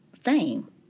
fame